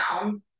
down